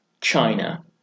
China